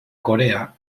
corea